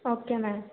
okay ma'am